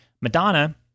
Madonna